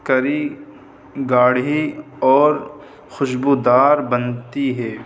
کری گاڑھی اور خوشبودار بنتی ہے